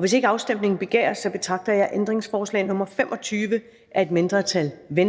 Hvis ikke afstemning begæres, betragter jeg ændringsforslag nr. 25 af et mindretal (V),